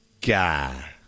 guy